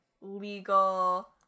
legal